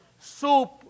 soup